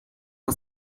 nur